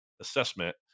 assessment